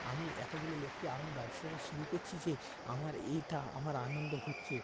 আমি এতগুলো লোককে আমি ব্যবসাটা শুরু করছি যে আমার এইটা আমার আনন্দ হচ্ছে